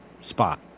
spot